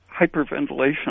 Hyperventilation